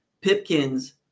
Pipkins